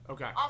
Okay